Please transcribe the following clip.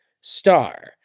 Star